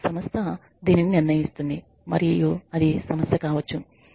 సంస్థ దీనిని నిర్ణయిస్తుంది మరియు అది సమస్య కావచ్చు